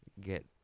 get